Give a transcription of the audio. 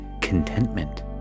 contentment